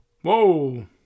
Whoa